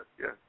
yes